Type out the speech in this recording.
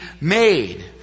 made